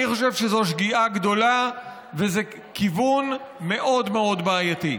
אני חושב שזו שגיאה גדולה וזה כיוון מאוד מאוד בעייתי.